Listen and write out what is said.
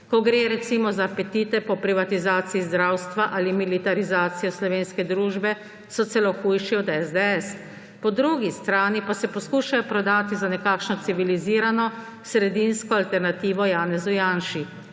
Ko gre, recimo, za apetite po privatizaciji zdravstva ali militarizacije slovenske družbe, so celo hujši od SDS. Po drugi strani pa se poskušajo prodati za nekakšno civilizirano, sredinsko alternativo Janezu Janši.